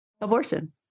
abortion